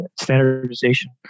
standardization